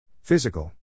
Physical